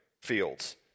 fields